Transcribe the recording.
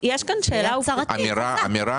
אמירה?